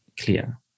clear